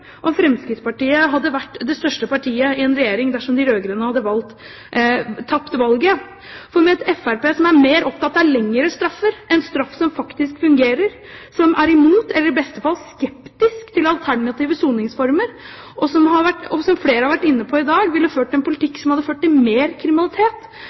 om Fremskrittspartiet hadde vært det største partiet i en regjering dersom de rød-grønne hadde tapt valget. Med et fremskrittsparti som er mer opptatt av lengre straffer enn straffer som faktisk fungerer, som er imot eller i beste fall skeptisk til alternative soningsformer, og, som flere har vært inne på i dag, som ville ført en